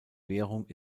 währung